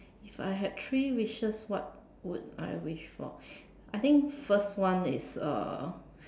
if I had three wishes what would I wish for I think first one is uh